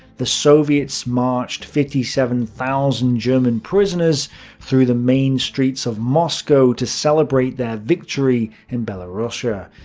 the soviets marched fifty seven thousand german prisoners through the main streets of moscow to celebrate their victory in belorussia.